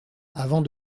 avant